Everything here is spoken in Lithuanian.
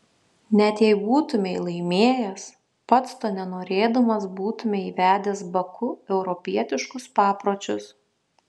net jei būtumei laimėjęs pats to nenorėdamas būtumei įvedęs baku europietiškus papročius